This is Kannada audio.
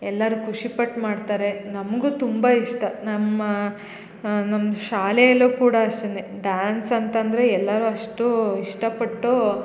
ಎಲ್ಲರು ಖುಷಿ ಪಟ್ಟು ಮಾಡ್ತಾರೆ ನಮಗೂ ತುಂಬ ಇಷ್ಟ ನಮ್ಮ ನಮ್ಮ ಶಾಲೆಯಲ್ಲು ಕೂಡ ಅಷ್ಟೇ ಡಾನ್ಸ್ ಅಂತಂದರೆ ಎಲ್ಲರು ಅಷ್ಟು ಇಷ್ಟಪಟ್ಟು